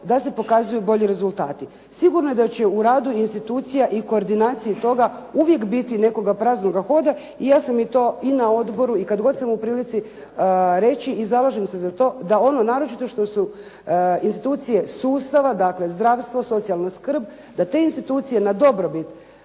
da se pokazuju bolji rezultati. Sigurno je da će u radu institucija i koordinacija i toga uvijek biti nekoga praznoga hoda i ja sam i to i na odboru i kad god sam u prilici reći i zalažem se za to da ono naročito što su institucije sustava, dakle zdravstvo, socijalna skrb da te institucije na dobrobit